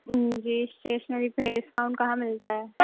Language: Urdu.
یہ اسٹیشنری پہ ڈسکاؤنٹ کہاں ملتا ہے